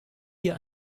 hier